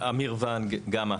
אמיר ונג גמא.